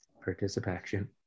Participation